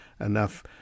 enough